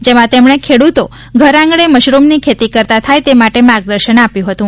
જેમાં એમડીએ ખેડ્રતો ઘરઆંગણે મશરૂમની ખેતી કરતા થાય તે માટે માર્ગદર્શન પણ આપ્યું હતું